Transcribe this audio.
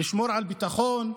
לשמור על ביטחון,